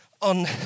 on